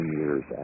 years